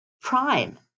prime